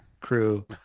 crew